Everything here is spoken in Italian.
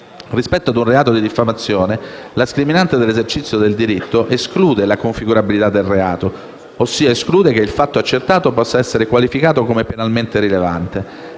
Rispetto a un reato di diffamazione la scriminante dell'esercizio del diritto esclude la configurabilità del reato, ossia esclude che il fatto accertato possa essere qualificato come penalmente rilevante.